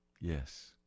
Yes